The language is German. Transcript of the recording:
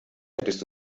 hättest